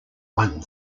one